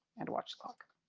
and watch the clock.